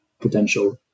potential